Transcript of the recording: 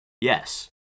Yes